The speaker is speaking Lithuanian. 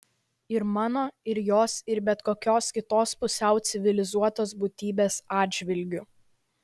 ir mano ir jos ir bet kokios kitos pusiau civilizuotos būtybės atžvilgiu